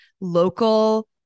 local